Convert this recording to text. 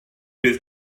bydd